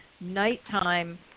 nighttime